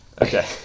Okay